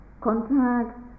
contact